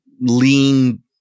lean